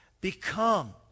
become